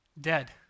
dead